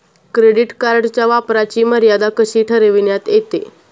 Credit कार्डच्या वापराची मर्यादा कशी ठरविण्यात येते?